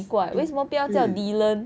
don't eh